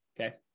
Okay